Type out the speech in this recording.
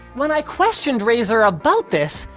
when i questioned razer about this,